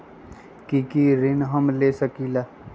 की की ऋण हम ले सकेला?